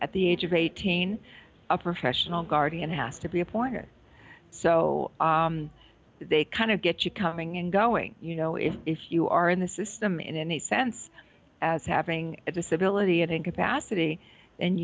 at the age of eighteen a professional guardian has to be appointed so they kind of get you coming and going you know if if you are in the system in any sense as having a disability and incapacity and